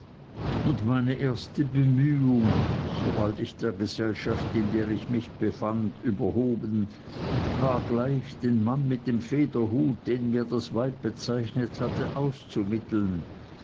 und meine erste bemühung sobald ich der gesellschaft in der ich mich befand überhoben war gleich den mann mit dem federhut den mir das weib bezeichnet hatte